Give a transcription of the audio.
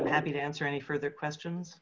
i'm happy to answer any further questions